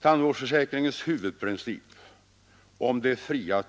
Tandvårdsförsäkringens huvudprincip om det fria